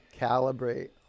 calibrate